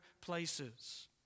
places